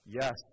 Yes